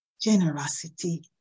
generosity